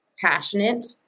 passionate